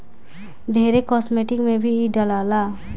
ढेरे कास्मेटिक में भी इ डलाला